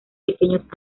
pequeños